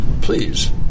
please